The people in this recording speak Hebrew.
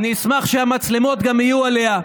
אני אשמח שהמצלמות יהיו עליה,